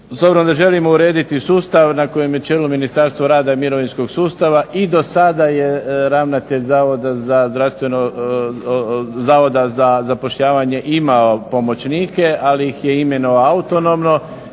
obzirom da želimo urediti sustav na kojem je čelu Ministarstvo rada i mirovinskog sustava i do sada je ravnatelj Zavoda za zapošljavanje imao pomoćnike ali ih je imenovao autonomno,